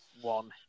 one